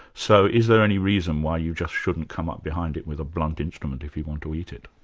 so is there any reason why you just shouldn't come up behind it with a blunt instrument if you want to eat it?